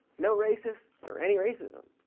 no racists or any racism.